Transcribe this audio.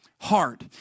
heart